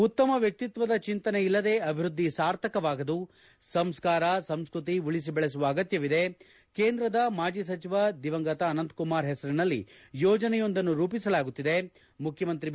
ಉತ್ತಮ ವ್ಯಕ್ತಿತ್ವದ ಚಿಂತನೆ ಇಲ್ಲದೆ ಅಭಿವೃದ್ಧಿ ಸಾರ್ಥಕವಾಗದು ಸಂಸ್ಕಾರ ಸಂಸ್ಕೃತಿ ಉಳಿಸಿ ಬೆಳೆಸುವ ಅಗತ್ತವಿದೆ ಕೇಂದ್ರದ ಮಾಜಿ ಸಚಿವ ದಿವಂಗತ ಅನಂತಕುಮಾರ್ ಹೆಸರಿನಲ್ಲಿ ಯೋಜನೆಯೊಂದನ್ನು ರೂಪಿಸಲಾಗುತ್ತಿದೆ ಮುಖ್ಯಮಂತ್ರಿ ಬಿ